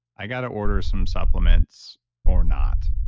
i got to order some supplements or not.